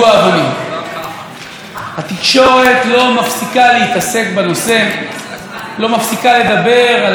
לא מפסיקה לדבר על הרכב הפלסטיני שנסע לתומו קרוב לצומת תפוח,